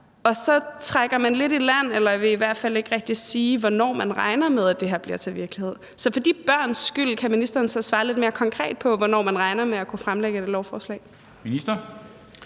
Og så trækker man lidt i land eller vil i hvert fald ikke rigtig sige, hvornår man regner med at det her bliver til virkelighed. Så for de børns skyld kan ministeren så svare lidt mere konkret på, hvornår man regner med at kunne fremsætte et lovforslag? Kl.